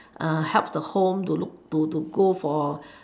uh help the home to look to to go for